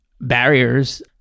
barriers